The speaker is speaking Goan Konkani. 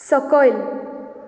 सकयल